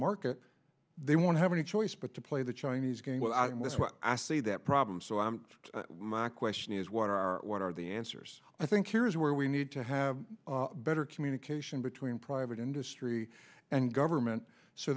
market they won't have any choice but to play the chinese game and with what i see that problem so i my question is what are what are the answers i think here is where we need to have better communication between private industry and government so